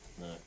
No